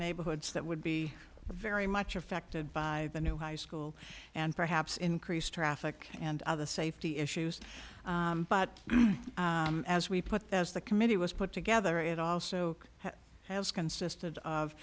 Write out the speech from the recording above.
neighborhoods that would be very much affected by the new high school and perhaps increased traffic and other safety issues but as we put as the committee was put together it also has consisted of